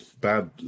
Bad